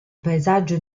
paesaggio